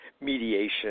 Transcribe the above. mediation